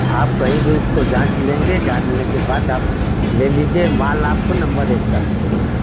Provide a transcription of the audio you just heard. आप कहीं भी उसको जांच लेंगे जांचने के बाद आप ले लीजिए माल आपको नंबर एक का मिलेगा